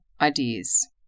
ideas